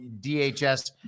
DHS